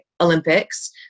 Olympics